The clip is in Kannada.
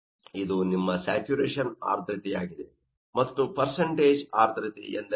ಇದು ನಿಮ್ಮ ಸ್ಯಾಚುರೇಶನ್ ಆರ್ದ್ರತೆಯಾಗಿದೆ ಮತ್ತು ಆರ್ದ್ರತೆ ಎಂದರೆ ಏನು